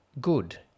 good